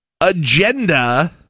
Agenda